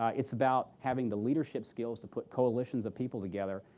ah it's about having the leadership skills to put coalitions of people together.